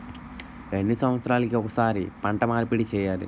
ఎన్ని సంవత్సరాలకి ఒక్కసారి పంట మార్పిడి చేయాలి?